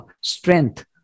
strength